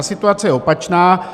Situace je opačná.